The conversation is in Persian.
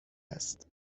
است